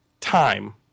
Time